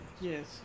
Yes